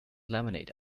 laminate